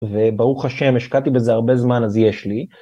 וברוך השם, השקעתי בזה הרבה זמן, אז יש לי.